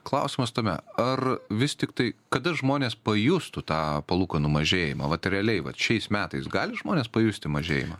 klausimas tame ar vis tiktai kada žmonės pajustų tą palūkanų mažėjimą vat realiai vat šiais metais gali žmonės pajusti mažėjimą